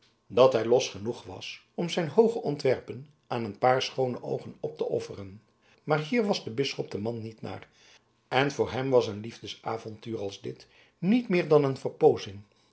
dat hij los genoeg was om zijn hooge ontwerpen aan een paar schoone oogen op te offeren maar hier was de bisschop de man niet naar en voor hem was een liefdesavontuur als dit niet meer dan een